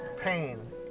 pain